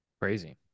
Crazy